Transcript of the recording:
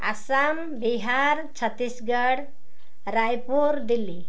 Assam Bihar Chhattisgarh Raipur Delhi